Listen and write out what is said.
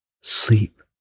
sleep